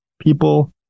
people